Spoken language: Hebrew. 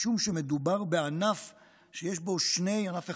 משום שמדובר בענף החלב,